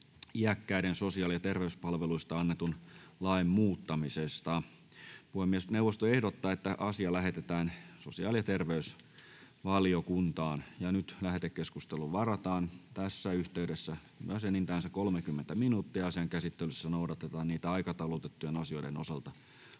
iäkkäiden sosiaali- ja terveyspalveluista annetun lain muuttamisesta. Puhemiesneuvosto ehdottaa, että asia lähetetään sosiaali- ja terveysvaliokuntaan. Lähetekeskusteluun varataan tässä vaiheessa enintään 30 minuuttia. Asian käsittelyssä noudatetaan aikataulutettujen asioiden osalta